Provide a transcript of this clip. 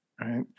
Right